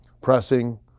pressing